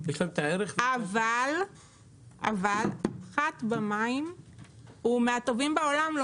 אבל פחת במים הוא מהטובים בעולם,